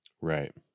Right